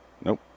Nope